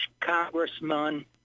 congressman